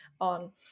on